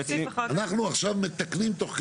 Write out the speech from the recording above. אנחנו עכשיו מתקנים תוך כדי.